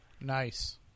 Nice